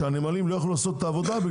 שהנמלים לא יוכלו לעשות את העבודה כי